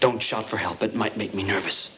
don't shout for help it might make me nervous